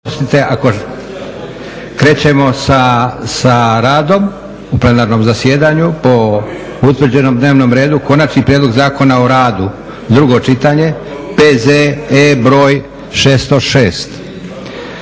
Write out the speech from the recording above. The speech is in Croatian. Krećemo sa radom u plenarnom zasjedanju po utvrđenom dnevnom redu. - Konačni prijedlog Zakona o radu, drugo čitanje, P.Z.E. br. 606;